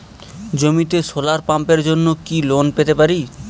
জমিতে সোলার পাম্পের জন্য কি লোন পেতে পারি?